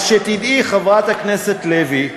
אז שתדעי, חברת הכנסת לוי,